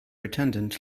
attendant